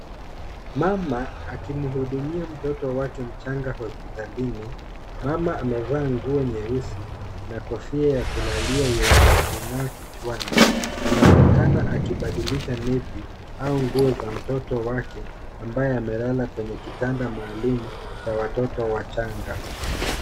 Mama akimhudumia mtoto wake mchanga hospitalini, mama amevaa nguo nyeusi na kofia ya kulalia yenye kung'aa kichwani, anaonekana akibadilisha nepi au nguo za mtoto wake ambaye amelala kwenye kitanda maalumu cha watoto wachanga.